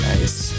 Nice